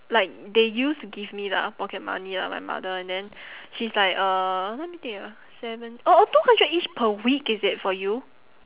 like they used to give me lah pocket money ah my mother and then she is like uh let me think ah seven oh oh two hundred each per week is it for you